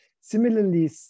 similarly